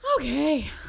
Okay